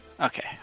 Okay